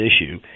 issue